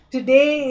Today